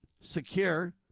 secure